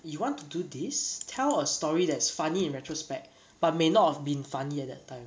you want to do this tell a story that is funny in retrospect but may not have been funny at that time